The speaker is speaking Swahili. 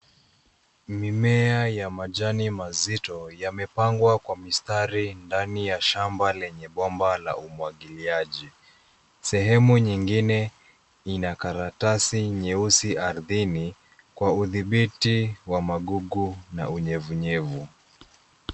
Mimea ya majani mazito, yamepangwa kwa mistari ndani ya shamba lenye bomba la umwangiliaji. Sehemu nyingine ina karatasi nyeusi ardhini, kwa udhibiti wa magugu, na unyevunyevu.